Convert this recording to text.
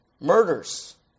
Murders